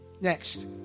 Next